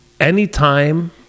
anytime